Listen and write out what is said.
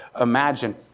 imagine